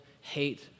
hate